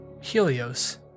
Helios